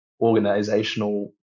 organizational